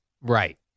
Right